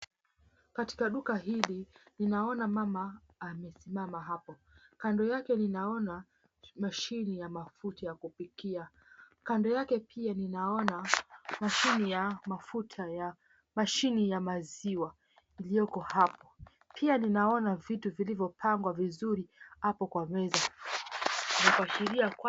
Katikati duka hili ninaona mama amesimama hapo. Kando yake ninaona mashine ya mafuta ya kupikia. Kando yake pia ninaona mashine ya maziwa iliyoko hapo. Pia ninaona vitu viliyopangwa vizuri hapo kwa meza vya kuashiria kwamba...